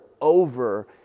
over